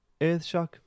Earthshock